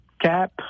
cap